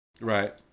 Right